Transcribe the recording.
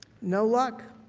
no luck.